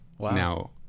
now